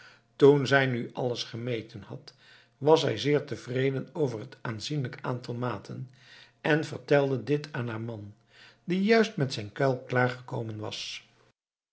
toen zij nu alles gemeten had was zij zeer tevreden over het aanzienlijk aantal maten en vertelde dit aan haar man die juist met zijn kuil klaar gekomen was